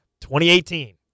2018